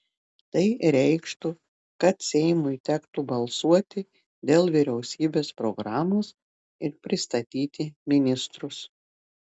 tai reikštų kad seimui tektų balsuoti dėl vyriausybės programos ir pristatyti ministrus